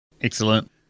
Excellent